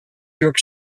york